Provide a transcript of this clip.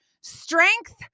strength